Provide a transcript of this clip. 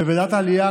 בוועדת העלייה,